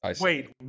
Wait